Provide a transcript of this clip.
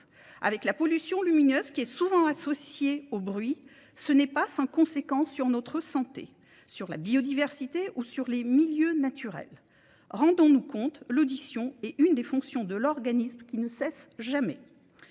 Avec la pollution lumineuse qui est souvent associée au bruit, ce n'est pas sans conséquence sur notre santé, sur la biodiversité ou sur les milieux naturels. Rendons-nous compte, l'audition est une des fonctions de l'organisme qui ne cesse jamais.